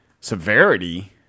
severity